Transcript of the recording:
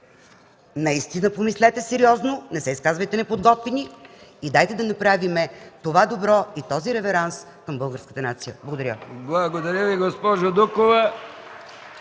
наистина помислете сериозно, не се изказвайте неподготвени и дайте да направим това добро и този реверанс към българската нация. Благодаря. ПРЕДСЕДАТЕЛ